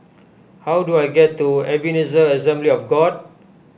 how do I get to Ebenezer Assembly of God